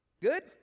Good